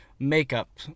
makeup